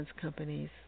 companies